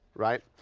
right?